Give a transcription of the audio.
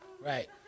Right